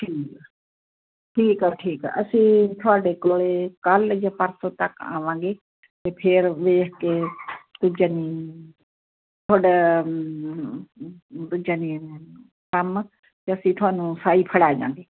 ਠੀਕ ਆ ਠੀਕ ਆ ਠੀਕ ਆ ਅਸੀਂ ਤੁਹਾਡੇ ਕੋਲ ਕੱਲ੍ਹ ਜਾਂ ਪਰਸੋਂ ਤੱਕ ਆਵਾਂਗੇ ਅਤੇ ਫਿਰ ਵੇਖ ਕੇ ਤੁਹਾਡਾ ਯਾਨੀ ਕੰਮ ਅਤੇ ਅਸੀਂ ਤੁਹਾਨੂੰ ਸਾਈ ਫੜ੍ਹਾ ਜਾਵਾਂਗੇ